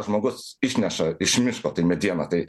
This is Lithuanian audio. žmogus išneša iš miško medieną tai